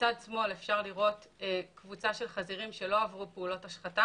בצד שמאל אפשר לראות קבוצה של חזירים שלא עברו פעולות השחתה